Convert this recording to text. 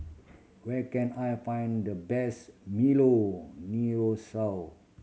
where can I find the best milo